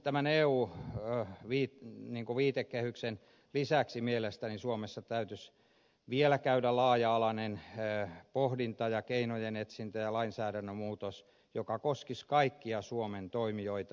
tämän eu viitekehyksen lisäksi mielestäni suomessa täytyisi vielä käydä laaja alainen pohdinta ja keinojen etsintä ja tehdä lainsäädännön muutos joka koskisi kaikkia suomen toimijoita